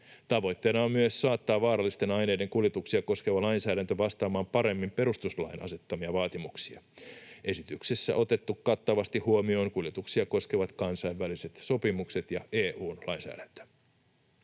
Tavoitteena on myös saattaa vaarallisten aineiden kuljetuksia koskeva lainsäädäntö vastaamaan paremmin perustuslain asettamia vaatimuksia. Esityksessä on otettu kattavasti huomioon kuljetuksia koskevat kansainväliset sopimukset ja EU:n lainsäädäntö.